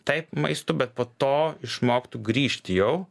taip maistu bet po to išmoktų grįžti jau